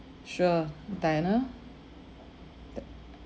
sure diana